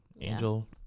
Angel